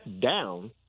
down